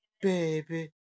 baby